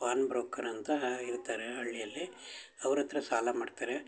PAN broker ಅಂತಾ ಇರ್ತಾರೆ ಹಳ್ಳಿಯಲ್ಲಿ ಅವ್ರಹತ್ರ ಸಾಲ ಮಾಡ್ತಾರೆ